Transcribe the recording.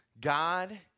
God